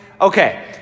Okay